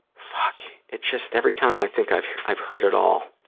fuck, it's just every time i think i've i've heard it all,